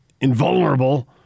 invulnerable